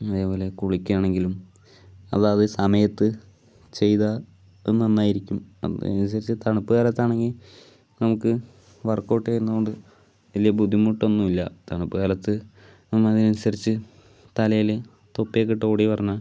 അതേപോലെ കുളിക്കാണെങ്കിലും അതാത് സമയത്ത് ചെയ്ത അത് നന്നായിരിക്കും അതിനനുസരിച്ച് തണുപ്പ് കാലത്താണെങ്കിൽ നമുക്ക് വർക്ക് ഔട്ട് ചെയ്യുന്നതു കൊണ്ട് വലിയ ബുദ്ധിമുട്ടൊന്നും ഇല്ല തണുപ്പ് കാലത്ത് നമ്മളതിനനുസരിച്ച് തലയിൽ തൊപ്പിയൊക്കെയിട്ട് ഓടി വരണ